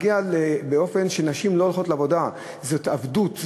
באופן שנשים לא הולכות לעבודה, זאת עבדות.